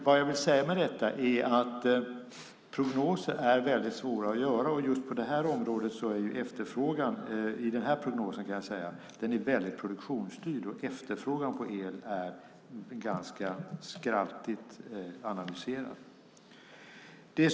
Vad jag vill säga med detta är att prognoser är väldigt svåra att göra, och just i den här prognosen är efterfrågan väldigt produktionsstyrd och efterfrågan på el är ganska skraltigt analyserad.